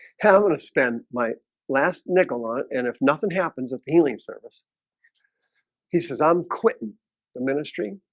how i would have spent my last nickel on and if nothing happens of healing service he says i'm quittin the ministry